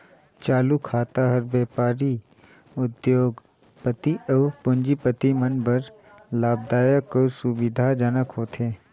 चालू खाता हर बेपारी, उद्योग, पति अउ पूंजीपति मन बर लाभदायक अउ सुबिधा जनक होथे